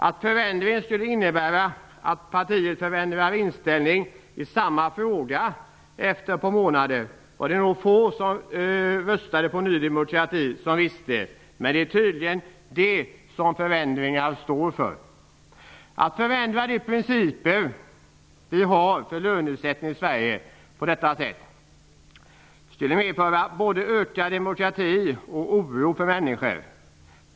Att förändringen skulle innebära att partiet ändrar inställning till samma fråga efter ett par månader var det få som röstade på Ny demokrati som visste. Men det är tydligen detta som förändringen står för. Att ändra de principer som vi i Sverige har för lönesättning på detta sätt skulle medföra både ökad byråkrati och oro för människor.